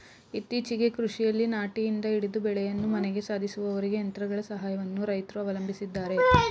ಇತ್ತೀಚೆಗೆ ಕೃಷಿಯಲ್ಲಿ ನಾಟಿಯಿಂದ ಹಿಡಿದು ಬೆಳೆಯನ್ನು ಮನೆಗೆ ಸಾಧಿಸುವವರೆಗೂ ಯಂತ್ರಗಳ ಸಹಾಯವನ್ನು ರೈತ್ರು ಅವಲಂಬಿಸಿದ್ದಾರೆ